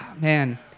Man